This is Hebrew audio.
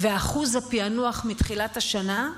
ואחוז הפענוח מתחילת השנה,